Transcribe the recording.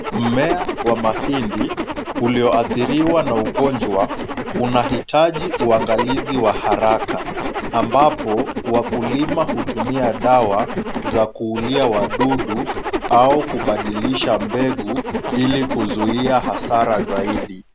Mmea wa mahindi ulioathiriwa na ugonjwa unahitaji uangalizi wa haraka, ambapo wakulima hutumia dawa za kuulia wadudu au kubadilisha mbegu ili kuzuia hasara zaidi.